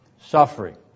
suffering